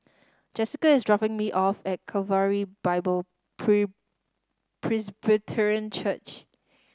Jessica is dropping me off at Calvary Bible Presbyterian Church